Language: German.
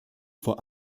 vor